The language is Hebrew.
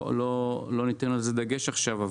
אבל לא ניתן לו דגש עכשיו.